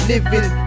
Living